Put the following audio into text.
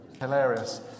Hilarious